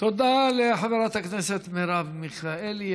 תודה לחברת הכנסת מרב מיכאלי.